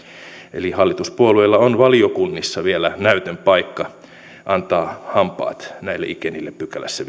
eli hallituspuolueilla on valiokunnissa vielä näytön paikka antaa hampaat näille ikenille viidennessäkymmenennessäseitsemännessä pykälässä